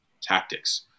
tactics